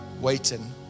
waiting